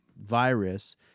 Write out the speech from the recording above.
virus